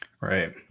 right